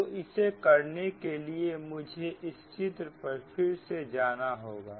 तो इसे करने के लिए मुझे इस चित्र पर फिर से आना होगा